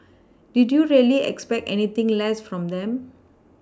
did you really expect anything less from them